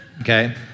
okay